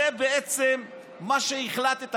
זה בעצם מה שהחלטת,